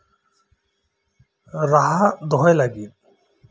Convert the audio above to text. ᱨᱟᱦᱟ ᱫᱚᱦᱚᱭ ᱞᱟᱹᱜᱤᱫ